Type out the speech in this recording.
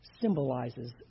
symbolizes